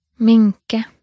Minke